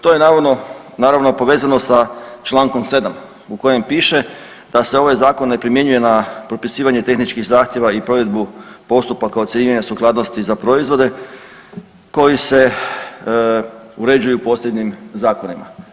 To je naravno, naravno povezano sa čl. 7 u kojem piše da se ovaj Zakon ne primjenjuje na propisivanje tehničkih zahtjeva i provedbu postupaka ocjenjivanja sukladnosti za proizvode koji se uređuju posljednjim Zakonima.